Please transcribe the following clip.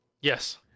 Yes